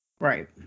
right